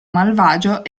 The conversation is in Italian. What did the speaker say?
malvagio